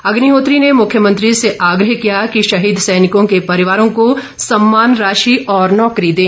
अग्निहोत्री ने मुख्यमंत्री से आग्रह किया कि शहीद सैनिकों के परिवारों को सम्मान राशि और नौकरी दें